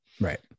right